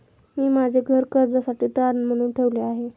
मी माझे घर कर्जासाठी तारण म्हणून ठेवले आहे